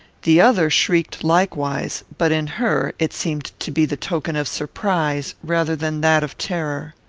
the other shrieked likewise, but in her it seemed to be the token of surprise rather than that of terror.